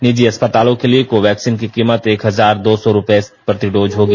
निजी अस्पतालों के लिए कोवैक्सीन की कीमत एक हजार दो सौ रुपये प्रति डोज होगी